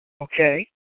Okay